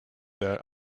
their